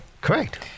Correct